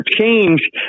change